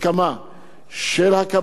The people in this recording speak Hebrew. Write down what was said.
של השלטון המקומי,